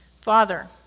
father